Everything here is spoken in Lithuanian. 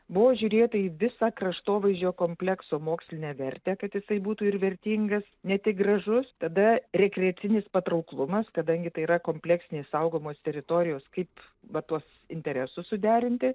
buvo žiūrėta į visą kraštovaizdžio komplekso mokslinę vertę kad jisai būtų ir vertingas ne tik gražus tada rekreacinis patrauklumas kadangi tai yra kompleksinės saugomos teritorijos kaip va tuos interesus suderinti